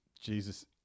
Jesus